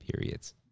periods